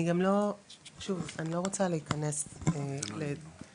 אני לא רוצה להיכנס לדיון,